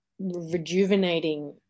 rejuvenating